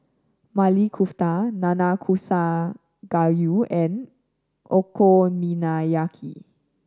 Maili Kofta Nanakusa Gayu and Okonomiyaki